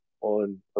on